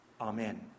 Amen